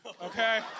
okay